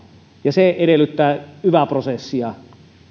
ja se edellyttää yva prosessia